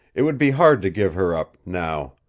it would be hard to give her up now.